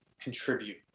contribute